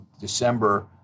December